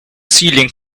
ceiling